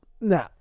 No